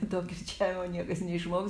to kirčiavimo niekas neišmoks